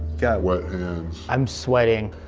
got what i'm sweating.